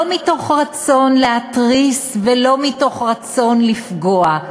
לא מתוך רצון להתריס ולא מתוך רצון לפגוע,